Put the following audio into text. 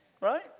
right